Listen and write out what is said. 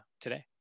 today